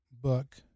book